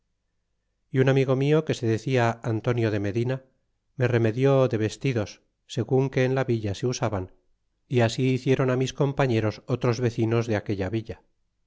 y un amigo mio que se decia antonio de medina me remedió de vestidos segun que en la villa se usaban y así hicié ron ti mis compañeros otros vecinos de aquella villa